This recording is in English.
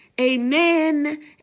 Amen